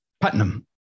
Putnam